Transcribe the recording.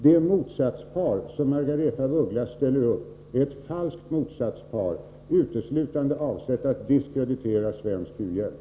Det motsatspar som Margaretha af Ugglas ställer upp är ett falskt motsatspar, uteslutande avsett att diskreditera svensk u-hjälp.